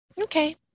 Okay